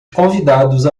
convidados